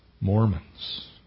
Mormons